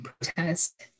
protest